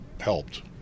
helped